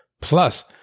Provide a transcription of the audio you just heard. Plus